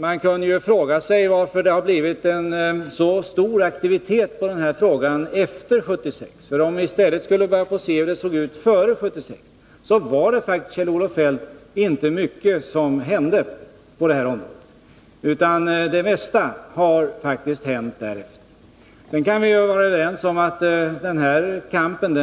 Man kunde fråga sig varför det blivit så stor aktivitet i den här frågan efter 1976. Om vi skulle titta efter hur det såg ut före 1976 kunde vi konstatera att det faktiskt, Kjell-Olof Feldt, inte var mycket som hände då på det här området, utan det mesta har faktiskt hänt därefter. Sedan kan vi vara överens om att vi bör fortsätta den här kampen,